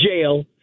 jail